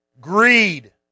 greed